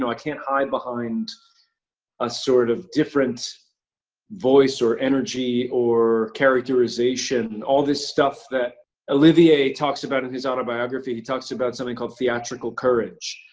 and i can't hide behind a sort of different voice or energy or characterization, all this stuff that olivier talks about in his autobiography. he talks about something called theatrical courage,